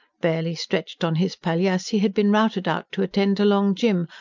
barely stretched on his palliasse he had been routed out to attend to long jim,